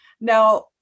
Now